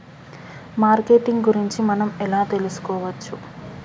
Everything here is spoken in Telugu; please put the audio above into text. మార్కెటింగ్ గురించి మనం ఎలా తెలుసుకోవచ్చు?